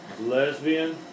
lesbian